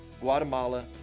Guatemala